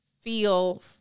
feel